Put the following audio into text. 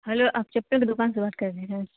hello آپ چپل کی دکان سے بات کر رہے ہیں